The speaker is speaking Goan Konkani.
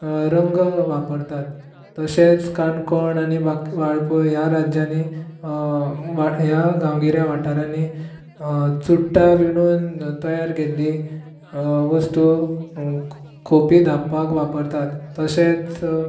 रंग वापरतात तशेंच काणकोण आनी बा वाळपय ह्या राज्यांनी वाळ ह्या गांवगिऱ्या वाठारांनी चुडटां विणुन तयार केल्ली वस्तू खोपी धांपपाक वापरतात तशेंच